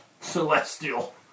Celestial